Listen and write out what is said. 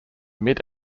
mid